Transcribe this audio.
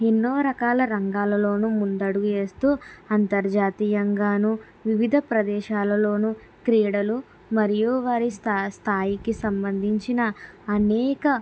ఎన్నో రకాల రంగాల్లోనూ ముందడుగు వేస్తూ అంతర్జాతీయంగానూ వివిధ ప్రదేశాల్లోనూ క్రీడలు మరియు వారి స్థాయికి సంబంధించిన అనేక